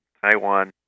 Taiwan